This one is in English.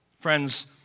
Friends